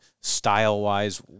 style-wise